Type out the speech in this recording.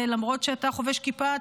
למרות שאתה חובש כיפה,